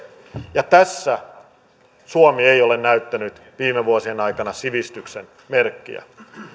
ja tässä suomi ei ole näyttänyt viime vuosien aikana sivistyksen merkkejä